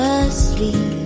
asleep